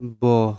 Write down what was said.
bo